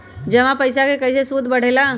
जमा पईसा के कइसे सूद बढे ला?